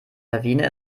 lawine